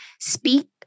speak